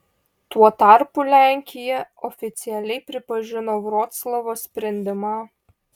tuo tarpu lenkija oficialiai pripažino vroclavo sprendimą